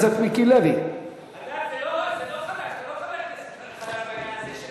בעצמכם לדרוש לשנות את ההסכמים הקואליציוניים האלה ולהוציא את זה החוצה.